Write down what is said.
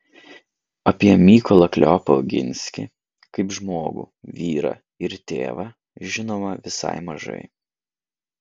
apie mykolą kleopą oginskį kaip žmogų vyrą ir tėvą žinoma visai mažai